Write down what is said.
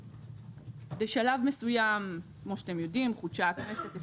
בשלב מסוים התכנסה שוב הכנסת,